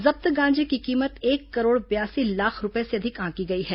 जब्त गांजे की कीमत एक करोड़ बयासी लाख रूपये से अधिक आंकी गई है